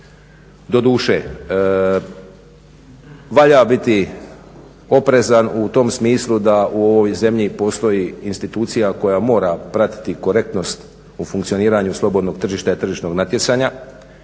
Doduše valja biti oprezan u tom smislu da u ovoj zemlji postoji institucija koja mora pratiti korektnost u funkcioniranju slobodnog tržišta i tržišnog natjecanja,